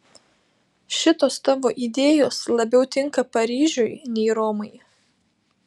šitos tavo idėjos labiau tinka paryžiui nei romai